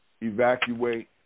evacuate